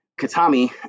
Katami